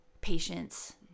patience